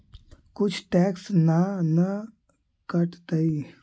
कुछ टैक्स ना न कटतइ?